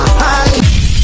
high